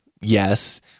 yes